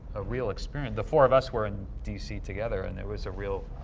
a real experience. the four of us were in dc together and it was a real